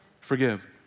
Forgive